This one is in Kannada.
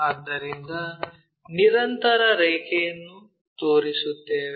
ಆದ್ದರಿಂದ ನಿರಂತರ ರೇಖೆಯನ್ನು ತೋರಿಸುತ್ತೇವೆ